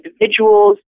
individuals